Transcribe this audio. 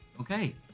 Okay